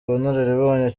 ubunararibonye